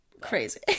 crazy